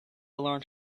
learn